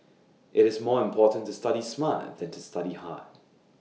IT is more important to study smart than to study hard